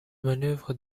manœuvre